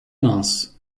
mince